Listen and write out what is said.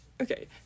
Okay